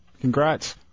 Congrats